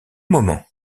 moment